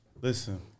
listen